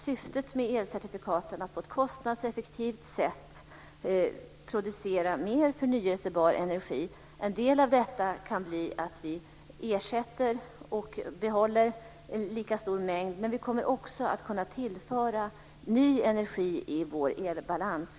Syftet med elcertifikaten är att på ett kostnadseffektivt sätt producera mer förnybar energi. En del av detta kan bli att vi ersätter och behåller en lika stor mängd, men vi kommer också att kunna tillföra ny energi i vår elbalans.